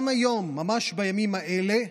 גם היום, ממש בימים האלה,